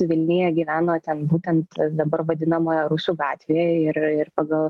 vilniuje gyveno ten būtent dabar vadinamoje rusų gatvėje ir ir pagal